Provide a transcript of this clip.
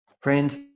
Friends